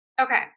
okay